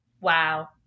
wow